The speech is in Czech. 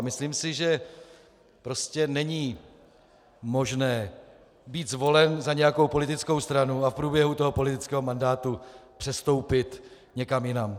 Myslím si, že prostě není možné být zvolen za nějakou politickou stranu a v průběhu politického mandátu přestoupit někam jinam.